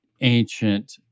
ancient